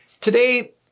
Today